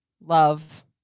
love